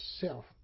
self